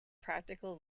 practical